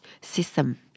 system